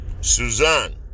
Suzanne